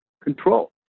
control